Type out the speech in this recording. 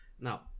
Now